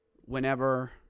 whenever